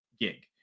gig